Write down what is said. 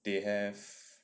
they have